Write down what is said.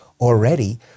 already